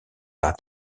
par